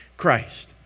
Christ